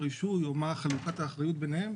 הרישוי או מה חלוקת האחריות ביניהם